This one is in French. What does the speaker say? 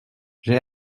j’ai